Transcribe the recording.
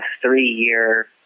three-year